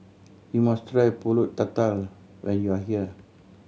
you must try Pulut Tatal when you are here